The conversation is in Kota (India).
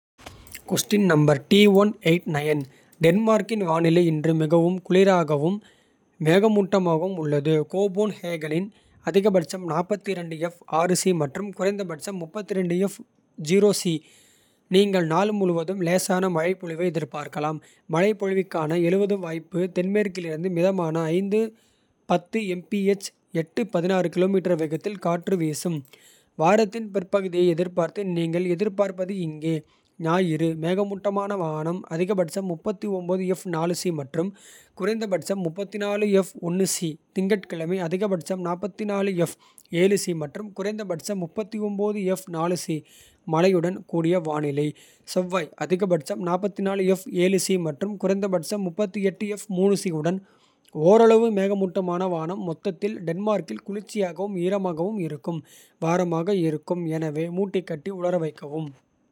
டென்மார்க்கின் வானிலை இன்று மிகவும் குளிராகவும். மேகமூட்டமாகவும் உள்ளது கோபன்ஹேகனில் அதிகபட்சம். மற்றும் குறைந்தபட்சம் நீங்கள் நாள். முழுவதும் லேசான மழை பொழிவை எதிர்பார்க்கலாம். மழைப்பொழிவுக்கான வாய்ப்பு தென்மேற்கிலிருந்து. மிதமான வேகத்தில் காற்று வீசும். வாரத்தின் பிற்பகுதியை எதிர்பார்த்து நீங்கள். எதிர்பார்ப்பது இங்கே ஞாயிறு மேகமூட்டமான வானம். அதிகபட்சம் மற்றும் குறைந்தபட்சம். திங்கட்கிழமை அதிகபட்சமாக மற்றும். குறைந்தபட்சம் மழையுடன் கூடிய வானிலை. செவ்வாய் அதிகபட்சம் மற்றும் குறைந்தபட்சம். உடன் ஓரளவு மேகமூட்டமான வானம். மொத்தத்தில் டென்மார்க்கில் குளிர்ச்சியாகவும். ஈரமாகவும் இருக்கும் வாரமாக இருக்கும். எனவே மூட்டை கட்டி உலர வைக்கவும்.